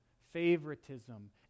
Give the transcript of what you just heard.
favoritism